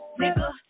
nigga